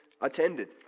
attended